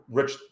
rich